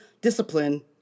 discipline